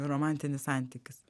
romantinis santykis